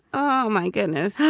oh, my goodness.